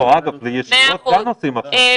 מאה אחוז.